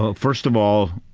but first of all,